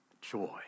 joy